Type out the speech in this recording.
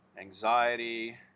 anxiety